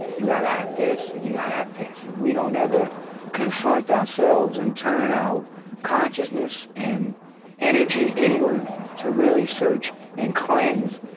you gotta have this and you gotta have this. we don't ever confront ourselves and turn our consciousness and energy inward to really search and cleanse.